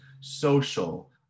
social